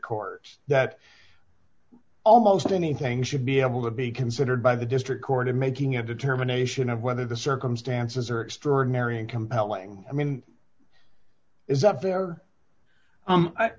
court that almost anything should be able to be considered by the district court in making a determination of whether the circumstances are extraordinary and compelling i mean is up there